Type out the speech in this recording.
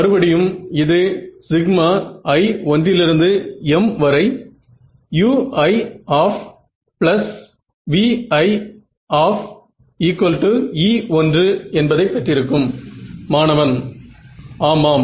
மறுபடியும் இது i1muivie1 என்பதை பெற்றிருக்கும் மாணவன் ஆமாம்